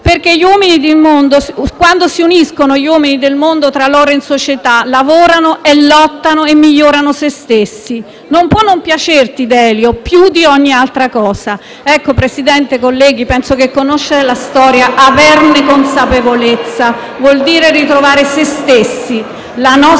in quanto si uniscono tra loro in società e lavorano e lottano e migliorano se stessi non può non piacerti», Delio, «più di ogni altra cosa». Signor Presidente, colleghi, penso che conoscere la storia e averne consapevolezza voglia dire ritrovare se stessi,